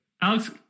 Alex